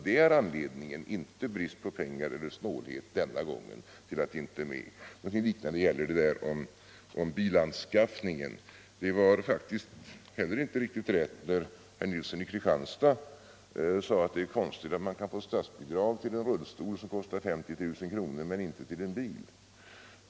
Det är således inte fråga om snålhet eller brist på pengar den här gången. Någonting liknande gäller i fråga om bilanskaffningen. Det var faktiskt heller inte riktigt rätt när herr Nilsson i Kristianstad sade att det är konstigt att man kan få statsbidrag till en rullstol som kostar 50 000 kronor men inte till en bil.